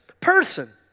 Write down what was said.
person